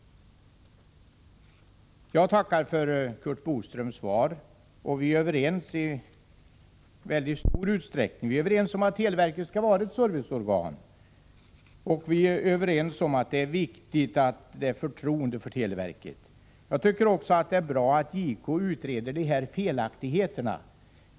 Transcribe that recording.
Jag tackar för Curt Boströms svar, och vi är i mycket stor utsträckning överens. Vi är överens om att televerket skall vara ett serviceorgan och om att det är viktigt att det råder förtroende för televerket. Jag tycker också att det är bra att JK utreder de felaktigheter som förekommer.